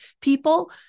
people